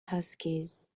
huskies